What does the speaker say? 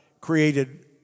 created